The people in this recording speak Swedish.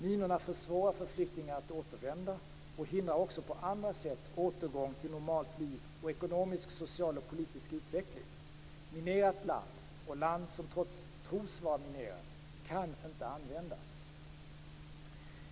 Minorna försvårar för flyktingar att återvända och hindrar också på andra sätt återgång till normalt liv och ekonomisk, social och politisk utveckling - minerat land, och land som tros vara minerat, kan inte användas.